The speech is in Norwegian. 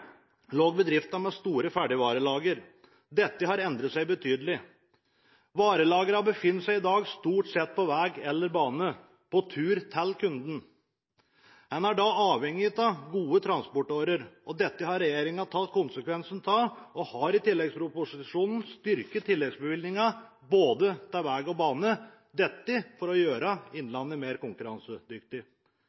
store ferdigvarelagre. Dette har endret seg betydelig. Varelagrene befinner seg i dag stort sett på vei eller bane, på vei til kunden. Man er da avhengig av gode transportårer. Dette har regjeringen tatt konsekvensen av og har i tilleggsproposisjonen styrket tilleggsbevilgningene til både vei og bane for å gjøre Innlandet mer konkurransedyktig.